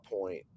point